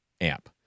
amp